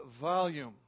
volume